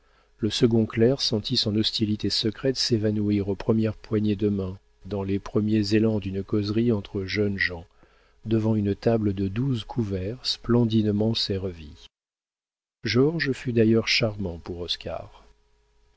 le second clerc sentit son hostilité secrète s'évanouir aux premières poignées de main dans les premiers élans d'une causerie entre jeunes gens devant une table de douze couverts splendidement servie georges fut d'ailleurs charmant pour